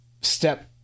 step